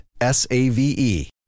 S-A-V-E